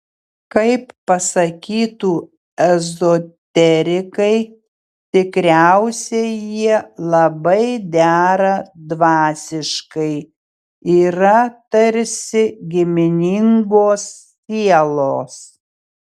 kaip pasakytų ezoterikai tikriausiai jie labai dera dvasiškai yra tarsi giminingos sielos